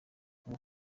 ubu